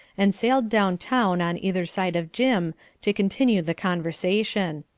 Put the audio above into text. and sailed down town on either side of jim to continue the conversation.